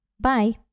Bye